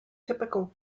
typical